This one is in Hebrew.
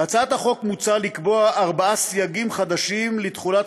בהצעת החוק מוצע לקבוע ארבעה סייגים חדשים לתחולת